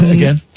again